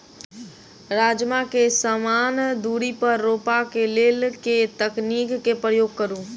राजमा केँ समान दूरी पर रोपा केँ लेल केँ तकनीक केँ प्रयोग करू?